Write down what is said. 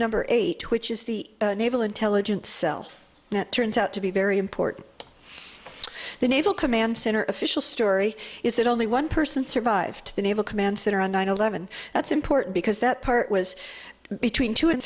number eight which is the naval intelligence cell that turns out to be very important the naval command center official story is that only one person survived the naval command center on nine eleven that's important because that part was between two and